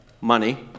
money